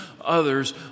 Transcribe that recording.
others